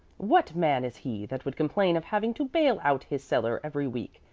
what man is he that would complain of having to bale out his cellar every week,